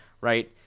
right